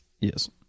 Yes